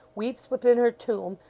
weeps within her tomb,